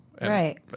Right